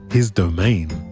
his domain,